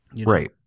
Right